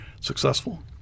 successful